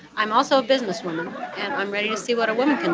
i'm also a businesswoman, and i'm ready to see what a woman can